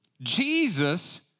Jesus